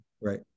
Right